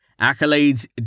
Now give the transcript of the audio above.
Accolades